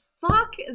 fuck